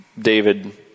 David